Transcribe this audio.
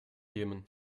jemen